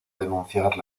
denunciar